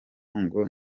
ngo